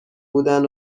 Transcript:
بودن